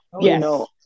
yes